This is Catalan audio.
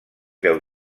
deu